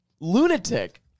lunatic